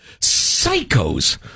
psychos